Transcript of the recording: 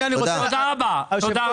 תודה רבה.